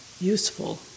useful